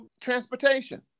Transportation